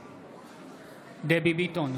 נגד דבי ביטון,